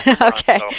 Okay